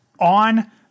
on